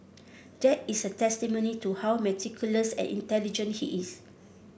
that is a testimony to how meticulous and intelligent he is